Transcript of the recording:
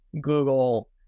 Google